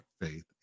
faith